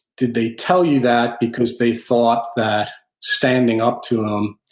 did they tell you that because they thought that standing up to him,